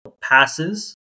passes